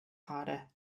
harder